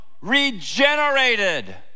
regenerated